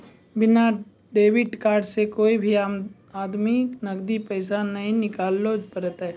बिना debit card से कोय भी आदमी नगदी पैसा नाय निकालैल पारतै